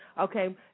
Okay